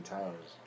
Towers